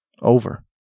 Over